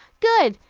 good!